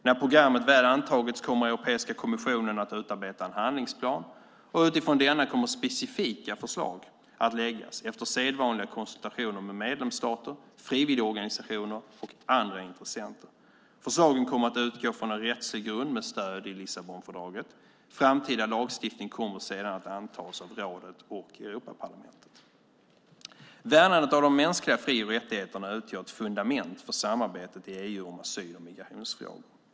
När programmet väl antagits kommer Europeiska kommissionen att utarbeta en handlingsplan och utifrån denna kommer specifika förslag att läggas fram, efter sedvanliga konsultationer med medlemsstater, frivilligorganisationer och andra intressenter. Förslagen kommer att utgå från en rättslig grund med stöd i Lissabonfördraget. Framtida lagstiftning kommer sedan att antas av rådet och Europaparlamentet. Värnandet av de mänskliga fri och rättigheterna utgör ett fundament för samarbetet i EU om asyl och migrationsfrågor.